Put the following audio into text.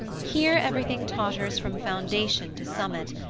here everything totters from foundation to summit,